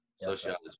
sociology